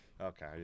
Okay